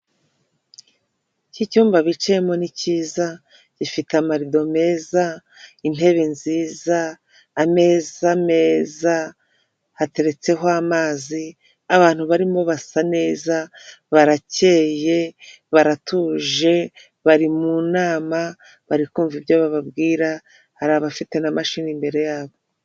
Iki cyumba bicayemo ni cyiza gifite amarido meza intebe nziza ameza meza, hateretseho amazi abantu barimo basa neza barakeye baratuje bari mu nama bari kumva ibyo bababwira hari abafite na mashini imbere yabo.